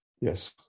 Yes